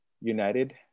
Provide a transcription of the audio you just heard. United